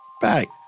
Back